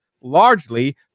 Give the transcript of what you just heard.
largely